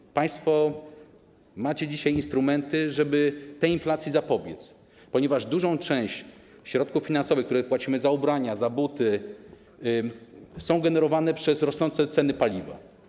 I państwo macie dzisiaj instrumenty, żeby tej inflacji zapobiec, ponieważ duża część środków finansowych, którymi płacimy za ubrania, za buty, jest generowana przez rosnące ceny paliwa.